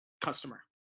customer